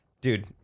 dude